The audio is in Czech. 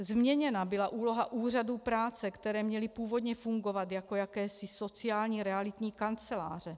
Změněna byla úloha úřadů práce, které měly původně fungovat jako jakési sociální realitní kanceláře.